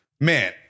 man